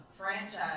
Franchise